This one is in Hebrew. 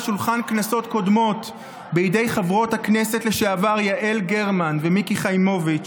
שולחן כנסות קודמות בידי חברות הכנסת לשעבר יעל גרמן ומיקי חיימוביץ',